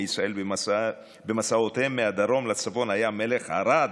ישראל במסעותיהם מהדרום לצפון היה מלך ערד,